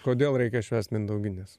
kodėl reikia švęst mindaugines